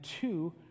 two